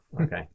okay